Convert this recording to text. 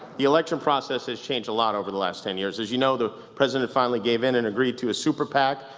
the election process has changed a lot over the last ten years. as you know, the president finally gave in and agreed to a super pac.